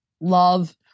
love